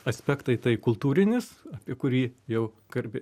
aspektai tai kultūrinis apie kurį jau kalbė